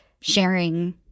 sharing